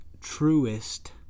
truest